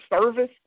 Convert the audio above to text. service